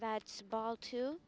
that ball to